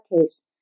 case